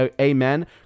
Amen